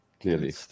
clearly